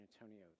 Antonio